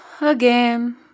Again